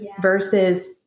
versus